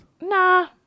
Nah